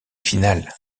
finales